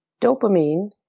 Dopamine